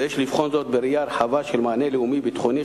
ויש לבחון זאת בראייה רחבה של מענה לאומי ביטחוני,